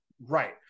right